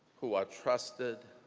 who are trusted